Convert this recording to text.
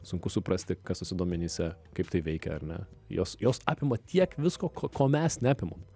sunku suprasti kas duomeyse kaip tai veikia ar ne jos jos apima tiek visko ko ko mes neapimam